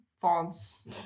fonts